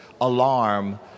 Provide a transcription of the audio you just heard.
alarm